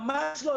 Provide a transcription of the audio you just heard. ממש לא.